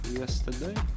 yesterday